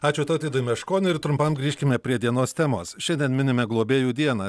ačiū tautvydu meškoniu ir trumpam grįžkime prie dienos temos šiandien minime globėjų dieną